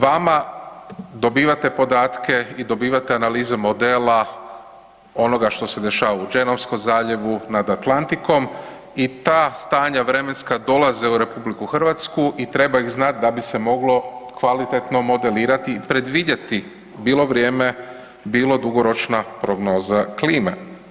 Vama, dobivate podatke i dobivate analize modela onoga što se dešava u Genovskom zaljevu nad Atlantikom i ta stanja vremenska dolaze u RH i treba ih znat da bi se moglo kvalitetno modelirati i predvidjeti bilo vrijeme bilo dugoročna prognoza klime.